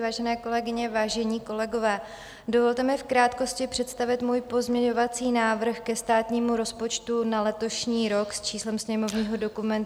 Vážené kolegyně, vážení kolegové, dovolte mi v krátkosti představit můj pozměňovací návrh ke státnímu rozpočtu na letošní rok s číslem sněmovního dokumentu 1307.